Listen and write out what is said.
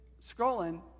scrolling